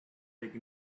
take